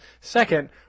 Second